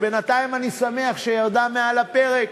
ואני שמח שבינתיים היא ירדה מעל הפרק.